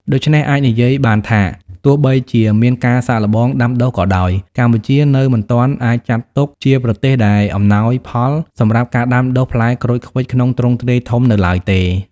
ដូច្នេះអាចនិយាយបានថា ទោះបីជាមានការសាកល្បងដាំដុះក៏ដោយ កម្ពុជានៅមិនទាន់អាចចាត់ទុកជាប្រទេសដែលអំណោយផលសម្រាប់ការដាំដុះផ្លែក្រូចឃ្វិចក្នុងទ្រង់ទ្រាយធំនៅឡើយទេ។